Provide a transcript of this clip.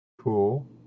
cool